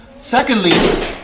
Secondly